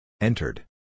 Entered